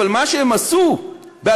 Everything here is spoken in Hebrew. אבל מה שהם עשו ב-2013,